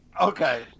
Okay